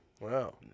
Wow